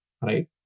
right